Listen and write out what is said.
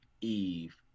Eve